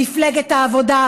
מפלגת העבודה,